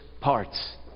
parts